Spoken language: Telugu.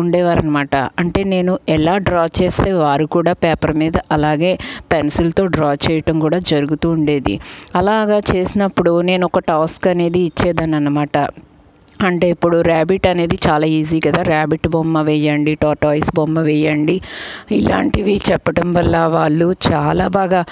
ఉండేవారు అన్నమాట అంటే నేను ఎలా డ్రా చేస్తే వారు కూడా పేపర్ మీద అలాగే పెన్సిల్తో డ్రా చేయడం కూడా జరుగుతు ఉండేది అలాగా చేసినప్పుడు నేను ఒక టాస్క్ అనేది ఇచ్చేదాన్ని అనమాట అంటే ఇప్పుడు రాబిట్ అనేది చాలా ఈజీ కదా రాబిట్ బొమ్మ వేయండి టార్టాయిస్ బొమ్మ వేయండి ఇలాంటివి చెప్పటం వల్ల వాళ్ళు చాలా బాగా